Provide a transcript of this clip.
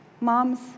Moms